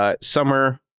summer